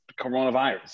coronavirus